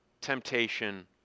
temptation